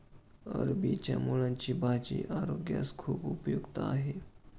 अरबीच्या मुळांची भाजी आरोग्यास खूप उपयुक्त आहे